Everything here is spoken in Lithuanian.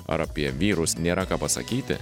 ar apie vyrus nėra ką pasakyti